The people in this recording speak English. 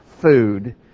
food